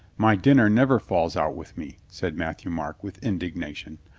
my dinner never falls out with me, said mat thieu-marc with indignation.